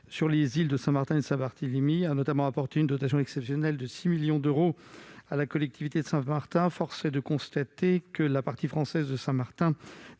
sur les îles de Saint-Martin et de Saint-Barthélemy, et a notamment apporté une dotation exceptionnelle de 6 millions d'euros à la collectivité de Saint-Martin, force est de constater que la partie française de Saint-Martin